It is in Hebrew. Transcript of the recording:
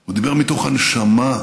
הוא דיבר מתוך הנשמה,